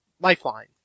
Lifeline